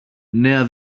νέα